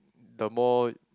the more